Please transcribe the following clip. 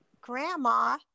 grandma